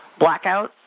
blackouts